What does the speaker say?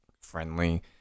friendly